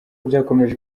byakomeje